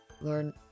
learn